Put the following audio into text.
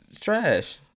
Trash